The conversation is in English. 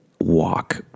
walk